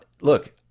look